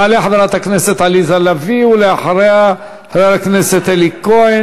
תעלה חברת הכנסת סתיו שפיר, ואחריה, יוסף ג'בארין.